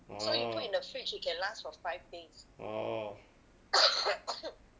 orh orh